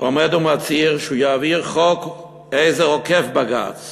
עומד ומצהיר שהוא יעביר חוק עזר עוקף-בג"ץ